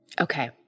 Okay